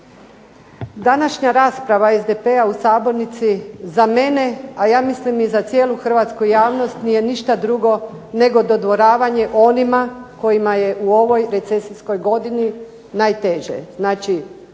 Današnja rasprava SDP-a u sabornici za mene, a ja mislim i za cijelu hrvatsku javnost nije ništa drugo nego dodvoravanje onima kojima je u ovoj recesijskoj godini najteže.